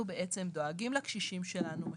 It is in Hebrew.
שירות ייעוד שאנחנו נותנים לאזרחים ותיקים.